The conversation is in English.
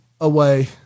away